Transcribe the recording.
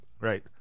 right